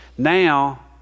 Now